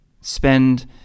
spend